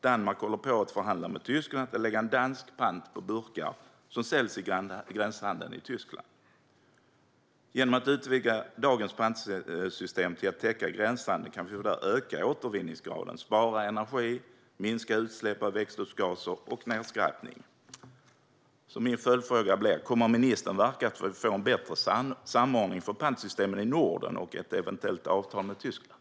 Danmark håller på att förhandla med Tyskland om att lägga dansk pant på burkar som säljs i gränshandeln i Tyskland. Genom att utvidga dagens pantsystem till att täcka gränshandeln kan vi därför öka återvinningsgraden, spara energi och minska utsläpp av växthusgaser och nedskräpning. Min följdfråga blir: Kommer ministern att verka för att vi får en bättre samordning för pantsystemen i Norden och ett eventuellt avtal med Tyskland?